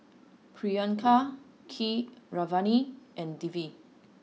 Priyanka Keeravani and Dilip